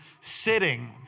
sitting